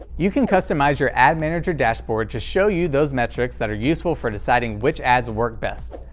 you can customize your ad manager dashboard to show you those metrics that are useful for deciding which ads work best.